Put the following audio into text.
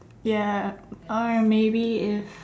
ya alright maybe if